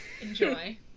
enjoy